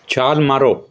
ਛਾਲ ਮਾਰੋ